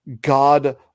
god